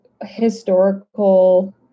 historical